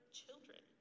children